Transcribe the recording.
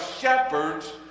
shepherds